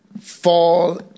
fall